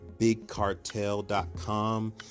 BigCartel.com